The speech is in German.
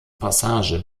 passage